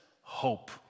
hope